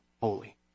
holy